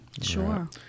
sure